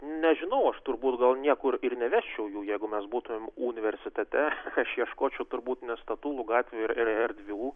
nežinau aš turbūt gal niekur ir nevesčiau jų jeigu mes būtumėm universitete aš ieškočiau turbūt ne statulų gatvių ir erdvių